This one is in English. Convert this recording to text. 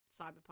cyberpunk